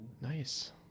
Nice